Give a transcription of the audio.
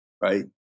right